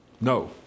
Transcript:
no